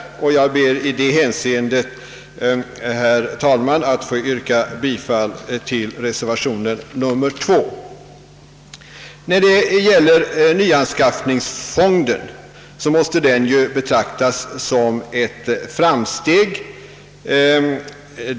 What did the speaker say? Jag ber i detta avseende, herr talman, att få yrka bifall till reservationen 2. Införandet av skattefri avsättning till nyanskaffningsfond måste betraktas som ett framsteg.